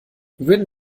würden